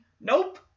nope